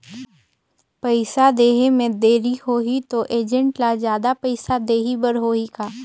पइसा देहे मे देरी होही तो एजेंट ला जादा पइसा देही बर होही का?